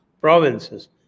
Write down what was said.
provinces